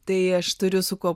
tai aš turiu su kuo